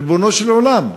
ריבונו של עולם,